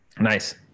nice